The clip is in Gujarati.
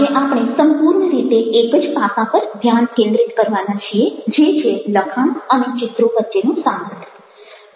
આજે આપણે સંપૂર્ણ રીતે એક જ પાસા પર ધ્યાન કેન્દ્રિત કરવાના છીએ જે છે લખાણ અને ચિત્રો વચ્ચેનો સંબંધ